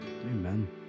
amen